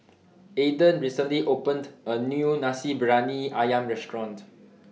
Aaden recently opened A New Nasi Briyani Ayam Restaurant